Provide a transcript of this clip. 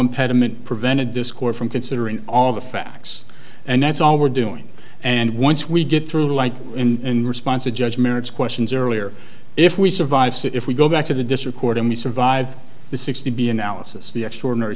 impediment prevented this court from considering all the facts and that's all we're doing and once we get through the light in response a judge merits questions earlier if we survive that if we go back to the district court and we survive the sixty b analysis the extraordinary